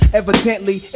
evidently